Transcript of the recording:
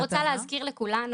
אז אני רוצה להזכיר לכולנו,